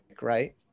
right